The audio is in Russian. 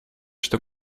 что